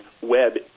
web